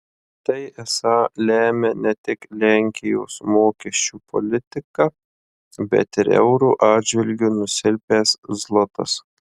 tai esą lemia ne tik lenkijos mokesčių politika bet ir euro atžvilgiu nusilpęs zlotas